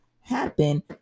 happen